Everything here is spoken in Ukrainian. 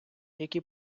які